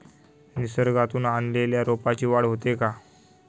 नर्सरीतून आणलेल्या रोपाची वाढ होते का?